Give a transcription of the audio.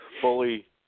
fully